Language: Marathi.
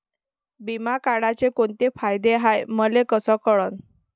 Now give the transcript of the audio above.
बिमा काढाचे कोंते फायदे हाय मले कस कळन?